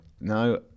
No